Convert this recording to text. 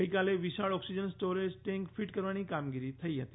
ગઇકાલે વિશાળ oxygen storage tank fit કરવાની કામગીરી થઇ હતી